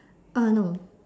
uh no